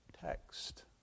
text